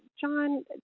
John